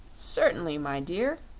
certainly, my dear.